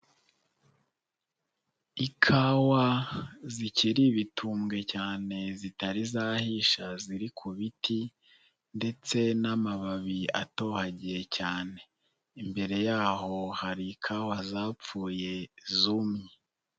Ikawa zikiri ibitumbwe cyane zitari zahisha ziri ku biti ndetse n'amababi atohagiye cyane, imbere yaho hari ikawa zapfuye zumye.